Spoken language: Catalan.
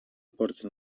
aportin